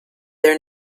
their